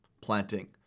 planting